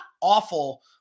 awful